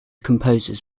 composers